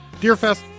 DeerFest